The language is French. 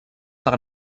par